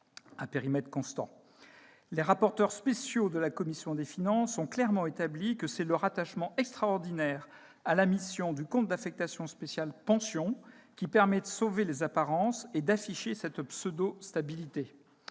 à périmètre constant. Les rapporteurs spéciaux de la commission des finances ont clairement établi que c'est le rattachement extraordinaire à la mission du compte d'affectation spéciale « Pensions » qui permet de sauver les apparences et d'afficher cette pseudo-stabilité.